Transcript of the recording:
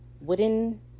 wooden